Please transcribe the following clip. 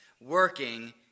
working